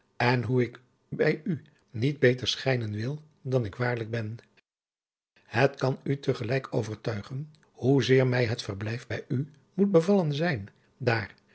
en hoe ik bij u niet beter schijnen wil dan ik waarlijk ben het kan u tegelijk overtuigen hoe zeer mij het verblijf bij u moet bevallen zijn daar